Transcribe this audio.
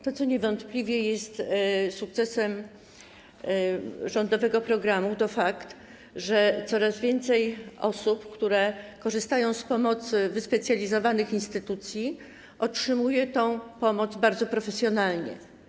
To, co niewątpliwie jest sukcesem rządowego programu, to fakt, że coraz więcej osób, które korzystają z pomocy wyspecjalizowanych instytucji, otrzymuje tę pomoc bardzo profesjonalnie.